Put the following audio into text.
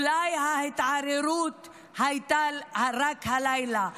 אולי ההתעוררות הייתה רק הלילה,